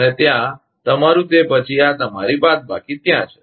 અને ત્યાં તમારું તે પછી આ તમારી બાદબાકી ત્યાં છે